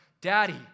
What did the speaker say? daddy